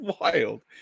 wild